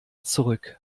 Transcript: zurück